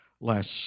last